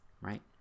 right